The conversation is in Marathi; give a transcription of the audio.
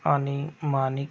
आणि मानिक